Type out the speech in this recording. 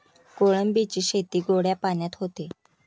कोळंबीची शेती गोड्या पाण्यात होते